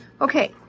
Okay